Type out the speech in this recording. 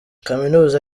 kaminuza